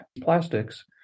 plastics